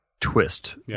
twist